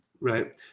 Right